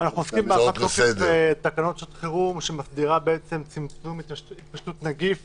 עוסקים בהארכת תוקף תקנות שעת חירום שמסדירות צמצום התפשטות הנגיף